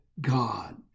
God